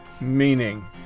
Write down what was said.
meaning